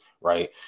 right